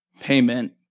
payment